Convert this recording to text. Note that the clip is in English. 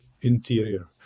Interior